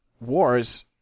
wars